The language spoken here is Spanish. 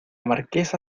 marquesa